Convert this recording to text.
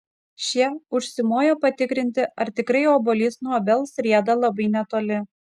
šie užsimojo patikrinti ar tikrai obuolys nuo obels rieda labai netoli